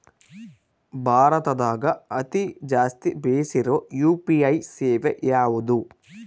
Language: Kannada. ಭಾರತದಗ ಅತಿ ಜಾಸ್ತಿ ಬೆಸಿರೊ ಯು.ಪಿ.ಐ ಸೇವೆ ಯಾವ್ದು?